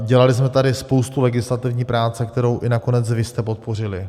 Dělali jsme tady spoustu legislativní práce, kterou i nakonec vy jste podpořili.